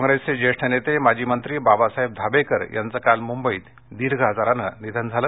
निधन काँप्रेसचे ज्येष्ठ नेते माजी मंत्री बाबासाहेब धाबेकर यांच काल मुंबईत दीर्घ आजाराने निधन झाले